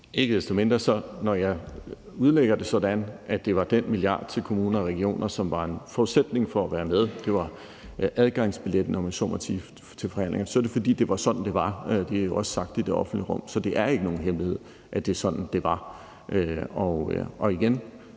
Engelbrecht (S): Når jeg udlægger det sådan, at det var den milliard til kommuner og regioner, som var en forudsætning for at være med, altså at det var adgangsbilletten, om man så må sige, til forhandlingerne, så er det ikke desto mindre, fordi det var sådan, det var. Det er også blevet sagt i det offentlige rum. Så det er ikke nogen hemmelighed, at det var sådan, det var. Igen